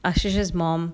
ashey mom